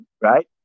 right